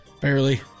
Barely